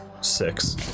Six